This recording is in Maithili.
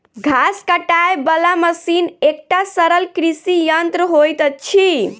घास काटय बला मशीन एकटा सरल कृषि यंत्र होइत अछि